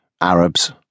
Arabs